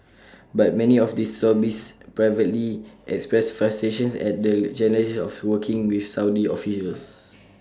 but many of those lobbyists privately express frustration at the challenges of working with Saudi officials